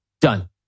Done